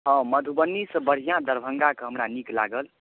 हँ मधुबनीसँ बढ़िआँ दरभंगाके हमरा नीक लागल